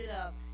up